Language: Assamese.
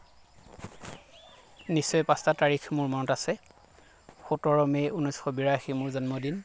নিশ্চয় পাঁচটা তাৰিখ মোৰ মনত আছে সোতৰ মে' উনৈছশ বিৰাশী মোৰ জন্মদিন